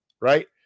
right